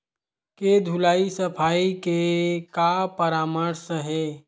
के धुलाई सफाई के का परामर्श हे?